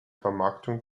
vermarktung